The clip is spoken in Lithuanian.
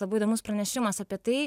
labai įdomus pranešimas apie tai